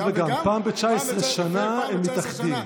פעם ב-19 שנה הם מתאחדים.